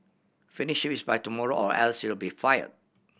finish this by tomorrow or else you'll be fired